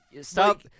Stop